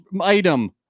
item